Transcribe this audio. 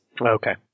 okay